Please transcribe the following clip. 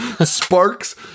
Sparks